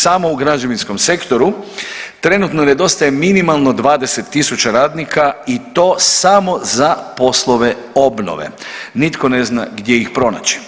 Samo u građevinskom sektoru trenutno nedostaje minimalno 20.000 radnika i to samo za poslove obnove, nitko ne zna gdje ih pronaći.